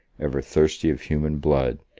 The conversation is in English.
ever thirsty of human blood,